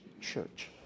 church